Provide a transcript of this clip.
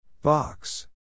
Box